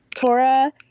Tora